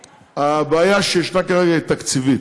הבעיה שיש כרגע היא תקציבית,